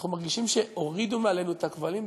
אנחנו מרגישים שהורידו מעלינו את הכבלים,